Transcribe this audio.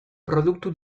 produktu